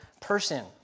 person